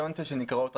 חשוב מאוד